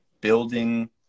building